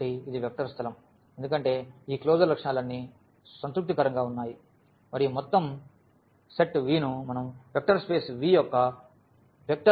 కాబట్టి ఇది వెక్టర్ స్థలం ఎందుకంటే ఈ క్లోజర్ లక్షణాలన్నీ సంతృప్తికరంగా ఉన్నాయి మరియు మొత్తం సెట్ V ను మనం వెక్టర్ స్పేస్ V యొక్క వెక్టర్ ఉప ప్రదేశంగా పిలుస్తాము